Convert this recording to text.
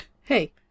Hey